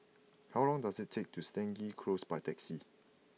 how long does it take to Stangee Close by taxi